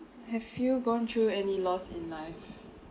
have you gone through any loss in life